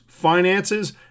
finances